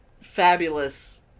fabulous